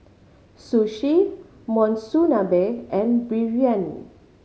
Sushi Monsunabe and Biryani